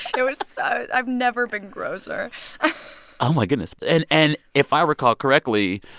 it was i've never been grosser oh, my goodness. but and and if i recall correctly,